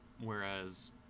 Whereas